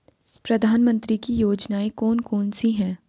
प्रधानमंत्री की योजनाएं कौन कौन सी हैं?